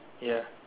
ya